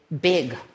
big